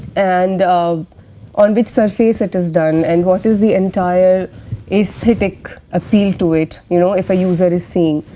and on which surface it is done and what is the entire aesthetic appeal to it, you know, if ah user is seeing.